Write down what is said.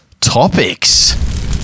topics